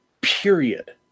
period